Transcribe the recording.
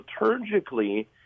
liturgically